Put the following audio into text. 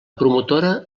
promotora